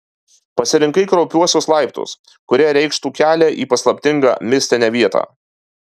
pasirinkai kraupiuosius laiptus kurie reikštų kelią į paslaptingą mistinę vietą